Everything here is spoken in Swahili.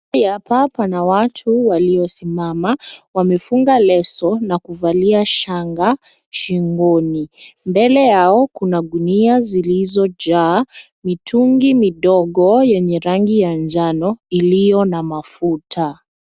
Mahala hapa pana watu waliosimama, wamefunga leso na kuvalia shanga shingoni. Mbele yao kuna gunia zilizojaa mitungi midogo yenye rangi ya njano iliyo na mafuta.